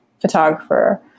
photographer